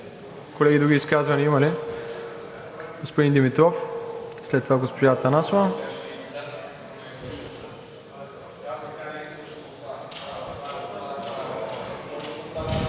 Колеги, други изказвания има ли? Господин Димитров, след това госпожа Атанасова.